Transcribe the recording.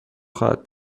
خواهد